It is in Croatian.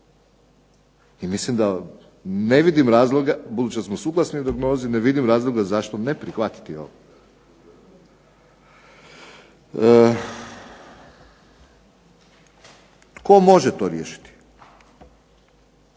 I mislim da ne vidim razloga, budući da smo suglasni u dijagnozi ne vidim razloga zašto ne prihvatiti ovo. Tko može to riješiti?